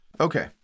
okay